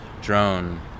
drone